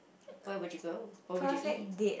where would you go where would you eat